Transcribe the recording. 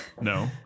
No